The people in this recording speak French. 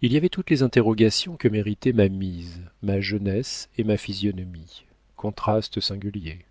il y avait toutes les interrogations que méritaient ma mise ma jeunesse et ma physionomie contrastes singuliers